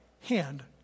hand